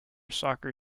soccer